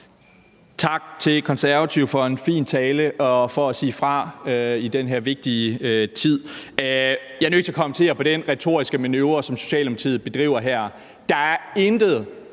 Tak til Konservative for en fin tale og for at sige fra i den her vigtige tid. Jeg er nødt til at kommentere på den retoriske manøvre, som Socialdemokratiet bedriver her. Der er intet